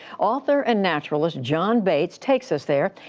author and naturalist john bates takes us there.